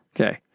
Okay